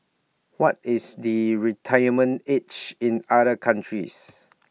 what is the retirement age in other countries